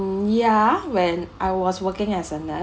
mm ya when I was working as a nurse